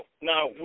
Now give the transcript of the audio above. now